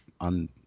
on